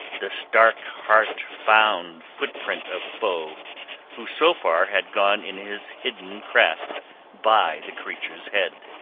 the stark-heart found footprint of foe who so far had gone in his hidden craft by the creature's head.